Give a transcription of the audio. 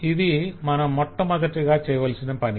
ఇది మనం మొట్టమొదటగా చెయ్యవలసిన పని